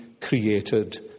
created